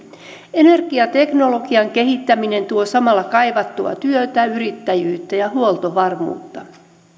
energiateknologian kehittäminen tuo samalla kaivattua työtä yrittäjyyttä ja huoltovarmuutta